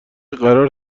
قرار